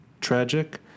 tragic